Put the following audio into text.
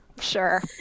Sure